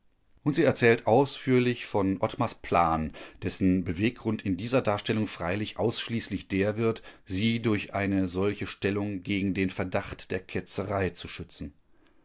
und sie erzählt ausführlich von ottmars plan dessen beweggrund in dieser darstellung freilich ausschließlich der wird sie durch eine solche stellung gegen den verdacht der ketzerei zu schützen